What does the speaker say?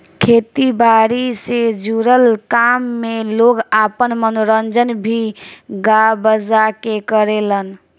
खेती बारी से जुड़ल काम में लोग आपन मनोरंजन भी गा बजा के करेलेन